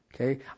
okay